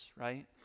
right